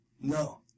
No